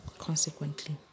Consequently